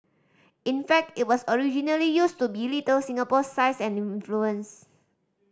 in fact it was originally used to belittle Singapore's size and influence